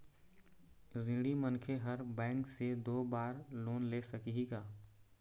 ऋणी मनखे हर बैंक से दो बार लोन ले सकही का?